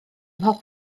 mhob